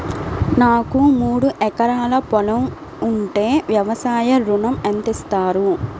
నాకు మూడు ఎకరాలు పొలం ఉంటే వ్యవసాయ ఋణం ఎంత ఇస్తారు?